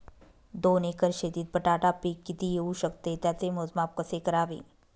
दोन एकर शेतीत बटाटा पीक किती येवू शकते? त्याचे मोजमाप कसे करावे?